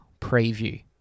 preview